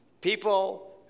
People